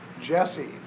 Jesse